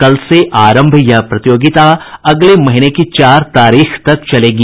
कल से आरंभ यह प्रतियोगिता अगले महीने की चार तारीख तक चलेगी